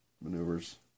maneuvers